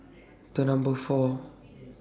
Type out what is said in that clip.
The Number four